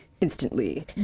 Instantly